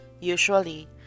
Usually